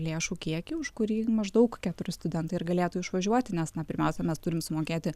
lėšų kiekį už kurį maždaug keturi studentai ir galėtų išvažiuoti nes na pirmiausia mes turim sumokėti